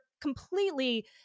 completely